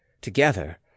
together